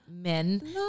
men